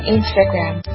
Instagram